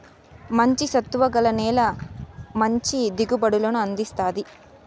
మంచి సత్తువ గల నేల మంచి దిగుబడులను అందిస్తాది